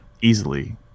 easily